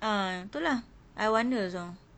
ah tu lah I wonder also